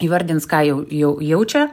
įvardins ką jau jau jaučia